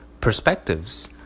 perspectives